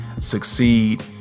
succeed